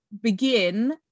begin